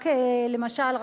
למשל,